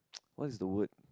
what is the word